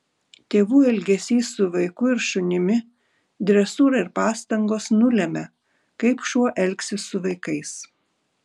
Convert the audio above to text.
tėvų elgesys su vaiku ir šunimi dresūra ir pastangos nulemia kaip šuo elgsis su vaikais